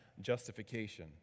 justification